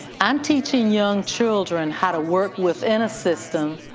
and teaching young children how to work within a system